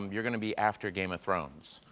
um you are going to be after game of thrones.